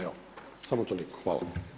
Evo, samo toliko, hvala.